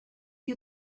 you